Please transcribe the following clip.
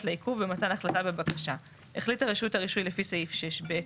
לעיכוב במתן החלטה בבקשה; החליטה רשות הרישוי לפי סעיף 6(ב)